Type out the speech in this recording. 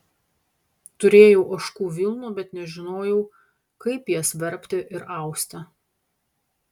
turėjau ožkų vilnų bet nežinojau kaip jas verpti ir austi